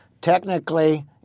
Technically